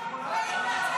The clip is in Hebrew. את לא רוצה שבלניות יקבלו